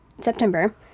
September